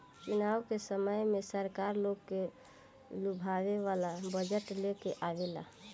चुनाव के समय में सरकार लोग के लुभावे वाला बजट लेके आवेला